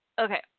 okay